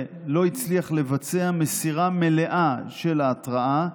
לא הצליח לבצע מסירה מלאה של ההתראה,